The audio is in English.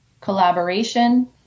collaboration